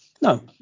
No